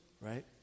right